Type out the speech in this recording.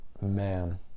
man